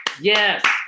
Yes